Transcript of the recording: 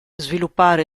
sviluppare